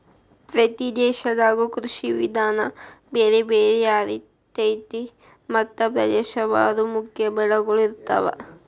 ಪ್ರತಿ ದೇಶದಾಗು ಕೃಷಿ ವಿಧಾನ ಬೇರೆ ಬೇರೆ ಯಾರಿರ್ತೈತಿ ಮತ್ತ ಪ್ರದೇಶವಾರು ಮುಖ್ಯ ಬೆಳಗಳು ಇರ್ತಾವ